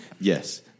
yes